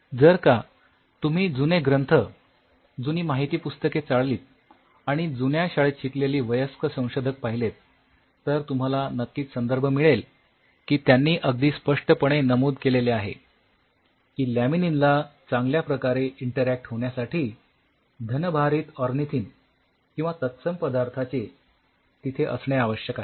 तर जर का तुम्ही जुने ग्रंथ जुनी माहितीपुस्तके चाळलीत आणि जुन्या शाळेत शिकलेली वयस्क संशोधक पाहिलेत तर तुम्हाला नक्कीच संदर्भ मिळेल की त्यांनी अगदी स्पष्टपणे नमूद केलेले आहे की लॅमिनीनला चांगल्या प्रकारे इंटरऍक्ट होण्यासाठी धनभारित ऑर्निथिन किंवा तत्सम पदार्थाचे तिथे असणे आवश्यक आहे